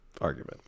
argument